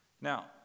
Now